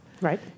Right